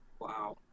Wow